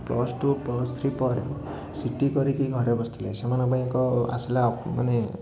plus two plus three ପରେ C T କରିକି ଘରେ ବସିଥିଲେ ସେମାନଙ୍କପାଇଁ ଏକ ଆସିଲା ମାନେ